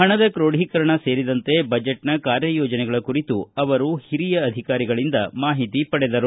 ಪಣದ ಕ್ರೋಢಿಕರಣ ಸೇರಿದಂತೆ ಬಜೆಟ್ನ ಕಾರ್ಯಯೋಜನೆಗಳ ಕುರಿತು ಅವರು ಹಿರಿಯ ಅಧಿಕಾರಿಗಳಿಂದು ಮಾಹಿತಿ ಪಡೆದರು